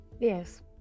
Yes